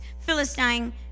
Philistine